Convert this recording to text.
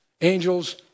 Angels